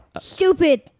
Stupid